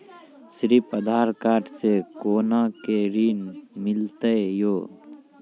सिर्फ आधार कार्ड से कोना के ऋण मिलते यो?